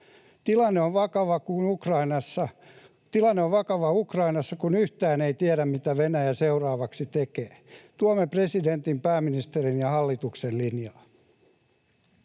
Tilanne on vakava Ukrainassa, kun yhtään ei tiedä, mitä Venäjä seuraavaksi tekee. Tuemme presidentin, pääministerin ja hallituksen linjaa.